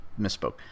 misspoke